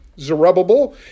Zerubbabel